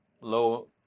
low